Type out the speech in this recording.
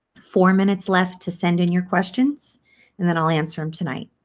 four minutes left to send in your questions and then i'll answer them tonight.